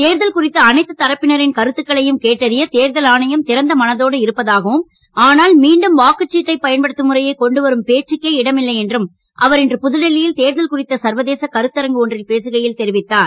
தேர்தல் குறித்து அனைத்து தரப்பினரின் கருத்துக்களையும் கேட்டறிய தேர்தல் ஆணையம் திறந்த மனத்தோடு இருப்பதாகவும் ஆனால் மீண்டும் வாக்குச்சீட்டை பயன்படுத்தும் முறையை கொண்டு வரும் பேச்சுக்கே இடமில்லை என்றும் அவர் இன்று புதுடெல்லியில் தேர்தல் குறித்த சர்வதேச கருத்தாங்கு ஒன்றில் பேசுகையில் தெரிவித்தார்